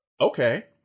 Okay